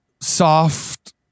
soft